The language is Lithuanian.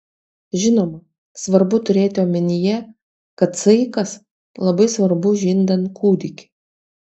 žinoma svarbu turėti omenyje kad saikas labai svarbu žindant kūdikį